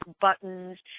buttons